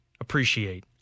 appreciate